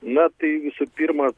na tai visų pirma